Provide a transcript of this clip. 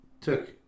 took